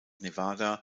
nevada